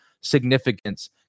significance